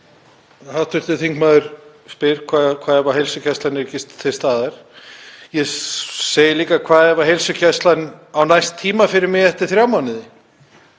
Hv. þingmaður spyr: Hvað ef heilsugæslan er ekki til staðar? Ég segi líka: Hvað ef heilsugæslan á næst tíma fyrir mig eftir þrjá mánuði?